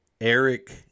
Eric